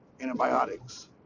antibiotics